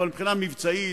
אבל מבחינה מבצעית,